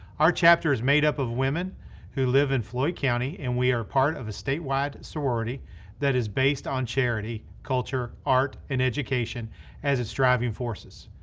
our chapter is made up of women who live in floyd county, and we are part of a statewide sorority that is based on charity, culture, art, and education as its driving forces.